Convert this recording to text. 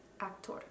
Actor